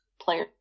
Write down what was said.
player